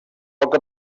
poca